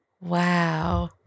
Wow